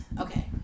Okay